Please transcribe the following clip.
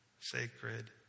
sacred